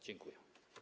Dziękuję.